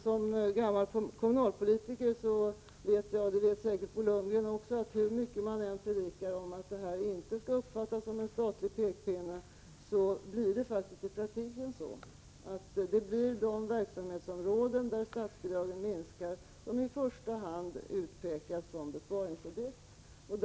Som gammal kommunalpolitiker vet jag — och det vet säkerligen Bo Lundgren också — att hur mycket man än predikar att det här inte skall uppfattas som en statlig pekpinne, är det i praktiken så att de verksamhetsområden där statsbidraget minskar i första hand utpekas som besparingsobjekt.